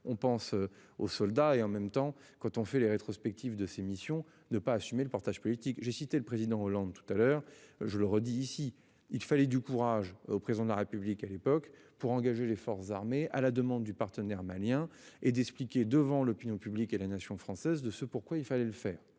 On pense aux soldats et en même temps quand on fait les rétrospectives de ces missions ne pas assumer le portage politique j'ai cité le président Hollande tout à l'heure, je le redis ici, il fallait du courage au président de la République à l'époque pour engager les forces armées, à la demande du partenaire malien et d'expliquer devant l'opinion publique et la nation française de ce pourquoi il fallait le faire,